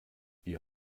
ihr